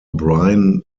brian